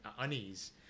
unease